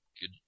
good